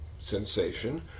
Sensation